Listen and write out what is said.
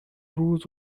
روز